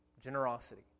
generosity